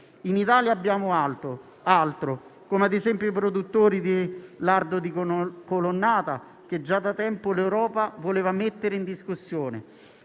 In Italia abbiamo altro, come ad esempio i produttori di lardo di Colonnata, che già da tempo l'Europa voleva mettere in discussione.